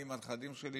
אני עם הנכדים שלי,